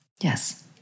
Yes